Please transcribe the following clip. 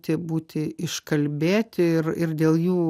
tebūti iškalbėti ir ir dėl jų